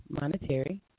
monetary